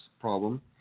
problem